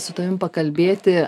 su tavim pakalbėti